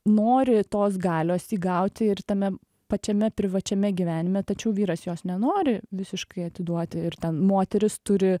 nori tos galios įgauti ir tame pačiame privačiame gyvenime tačiau vyras jos nenori visiškai atiduoti ir ten moteris turi